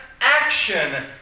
action